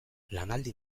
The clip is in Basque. lanaldi